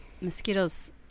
mosquitoes